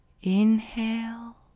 inhale